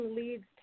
leads